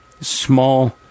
small